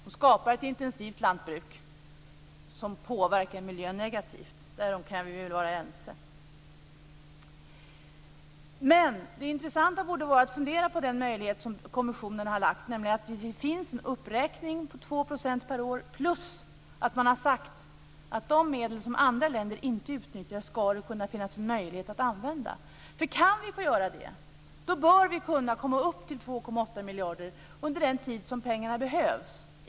De skapar ett intensivt lantbruk som påverkar miljön negativt. Därom kan vi väl vara ense. Det intressanta borde vara att fundera på den möjlighet som kommissionen har fört fram. Det finns en uppräkning på 2 % per år plus att man har sagt att de medel som andra länder inte utnyttjar ska det kunna finnas en möjlighet att använda. Kan vi få göra det bör vi kunna komma upp till 2,8 miljarder under den tid som pengarna behövs.